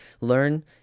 learn